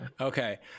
okay